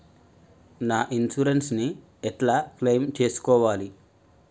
నా ఇన్సూరెన్స్ ని ఎట్ల క్లెయిమ్ చేస్కోవాలి?